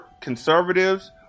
conservatives